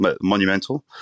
monumental